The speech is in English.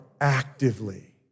actively